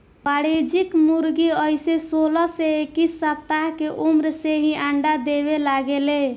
वाणिज्यिक मुर्गी अइसे सोलह से इक्कीस सप्ताह के उम्र से ही अंडा देवे लागे ले